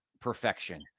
perfection